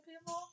people